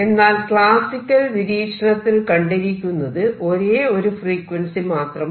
എന്നാൽ ക്ലാസ്സിക്കൽ നിരീക്ഷണത്തിൽ കണ്ടിരിക്കുന്നത് ഒരേ ഒരു ഫ്രീക്വൻസി മാത്രമാണ്